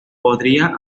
podría